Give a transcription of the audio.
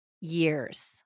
years